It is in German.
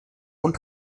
und